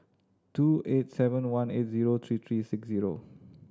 two eight seven one eight zero three three six zero